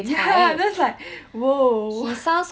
ya that's like !whoa!